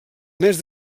més